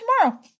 tomorrow